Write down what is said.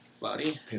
body